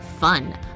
Fun